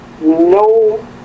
no